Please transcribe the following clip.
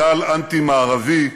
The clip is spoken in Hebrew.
גל אנטי-מערבי,